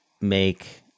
make